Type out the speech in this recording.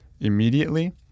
Immediately